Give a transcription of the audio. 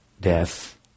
death